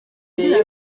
agira